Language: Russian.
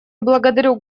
благодарю